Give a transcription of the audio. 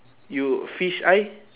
you fish eye